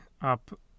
up